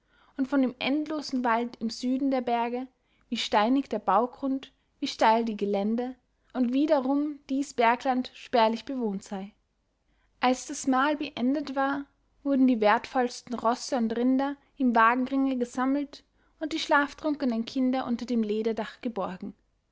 und von dem endlosen wald im süden der berge wie steinig der baugrund wie steil die gelände und wie darum dies bergland spärlich bewohnt sei als das mahl beendet war wurden die wertvollsten rosse und rinder im wagenringe gesammelt und die schlaftrunkenen kinder unter dem lederdach geborgen